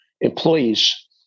employees